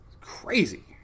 Crazy